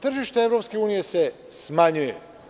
Tržište EU se smanjuje.